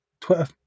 Twitter